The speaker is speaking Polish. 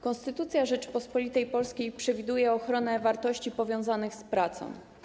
Konstytucja Rzeczypospolitej Polskiej przewiduje ochronę wartości powiązanych z pracą.